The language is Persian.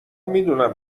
میدونم